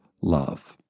love